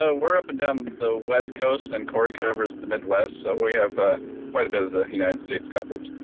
ah we're up and down the west coast and corey covers the midwest so we have ah quite a bit of the united states coverage.